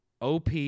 Op